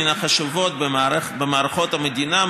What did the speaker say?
מן החשובות במערכות המדינה,